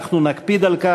אנחנו נקפיד על כך.